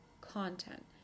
content